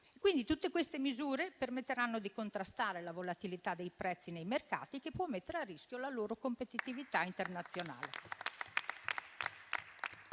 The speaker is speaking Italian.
3.800. Tutte queste misure permetteranno quindi di contrastare la volatilità dei prezzi nei mercati, che può mettere a rischio la loro competitività internazionale.